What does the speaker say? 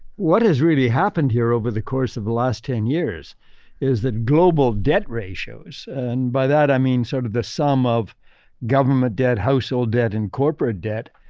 what has really happened here over the course of the last ten years is that global debt ratios, and by that i mean sort of the sum of government debt, household debt, and corporate debt,